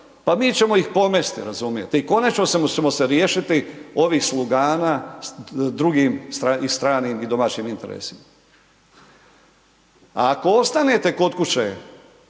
pa mi ćemo ih pomesti razumijete i konačno ćemo se riješiti ovih slugana drugim i stranim i domaćim interesima. A ako ostanete kod kuće,